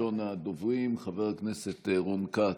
ראשון הדוברים, חבר הכנסת רון כץ,